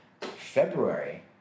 February